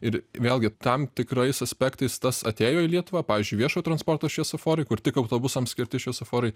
ir vėlgi tam tikrais aspektais tas atėjo į lietuvą pavyzdžiui viešojo transporto šviesoforai kur tik autobusams skirti šviesoforai